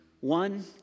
one